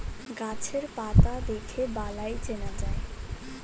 গাছের পাতা দেখে বালাই চেনা যায়